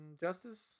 justice